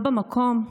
לא במקום,